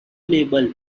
label